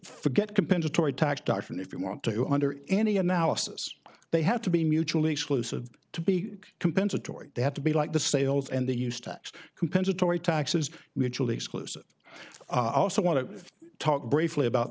forget compensatory tax doctrine if you want to under any analysis they have to be mutually exclusive to be compensatory they have to be like the sales and they used to compensatory taxes mutually exclusive i also want to talk briefly about